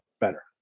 better